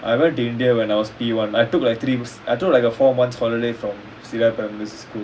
I went to india when I was P one I took like three I took a four months holiday from cedar primary school